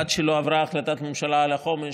עד שלא עברה החלטת ממשלה על החומש,